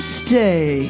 stay